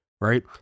right